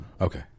Okay